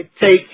take